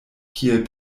kiel